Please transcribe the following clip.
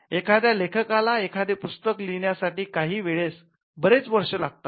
एखाद्या लेखकाला एखादे पुस्तक लिहिण्यासाठी काही वेळेस बरेच वर्ष लागतात